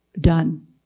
done